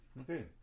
okay